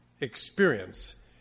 experience